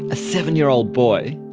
a seven-year-old boy,